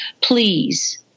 please